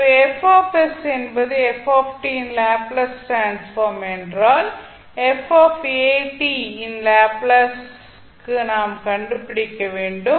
எனவே F என்பது f இன் லாப்ளேஸ் டிரான்ஸ்ஃபார்ம் என்றால் இன் லேப்ளேஸுக்கு நாம் கண்டுபிடிக்க வேண்டும்